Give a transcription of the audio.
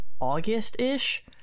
August-ish